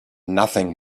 nothing